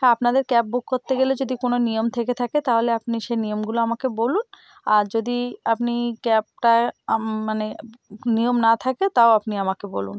হ্যাঁ আপনাদের cab book করতে গেলে যদি কোনও নিয়ম থেকে থাকে তাহলে আপনি সেই নিয়মগুলো আমাকে বলুন আর যদি আপনি ক্যাবটা মানে নিয়ম না থাকে তাও আপনি আমাকে বলুন